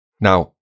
Now